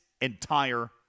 entire